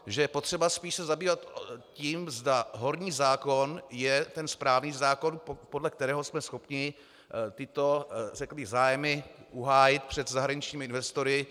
Že je potřeba spíše se zabývat tím, zda horní zákon je ten správný zákon, podle kterého jsme schopni tyto zájmy uhájit před zahraničními investory.